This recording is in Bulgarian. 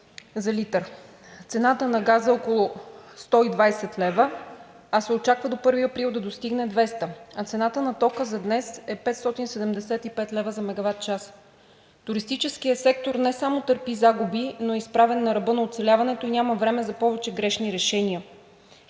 за литър. Цената на газа е около 120 лв., а се очаква до 1 април да достигне 200, а цената на тока за днес е 575 лв. за мегаватчас. Туристическият сектор не само търпи загуби, но е изправен на ръба на оцеляването и няма време за повече грешни решения.